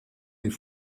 les